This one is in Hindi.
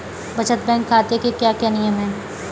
बचत बैंक खाते के क्या क्या नियम हैं?